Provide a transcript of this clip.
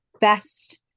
best